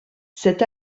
cet